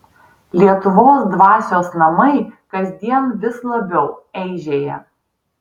lietuvos dvasios namai kasdien vis labiau eižėja